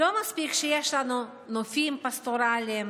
לא מספיק שיש לנו נופים פסטורליים,